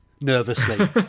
nervously